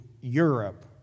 Europe